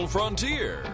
Frontier